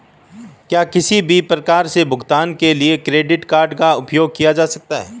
क्या किसी भी प्रकार के भुगतान के लिए क्रेडिट कार्ड का उपयोग किया जा सकता है?